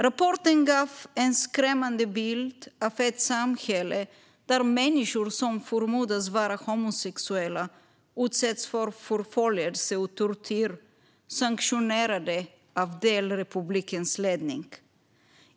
Rapporten gav en skrämmande bild av ett samhälle där människor som förmodas vara homosexuella utsätts för förföljelse och tortyr, sanktionerat av delrepublikens ledning.